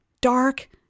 dark